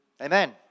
Amen